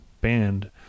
band